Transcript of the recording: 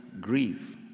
grief